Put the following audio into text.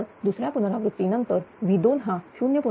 तर दुसऱ्या पुनरावृत्ती नंतर V2 हा 0